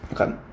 okay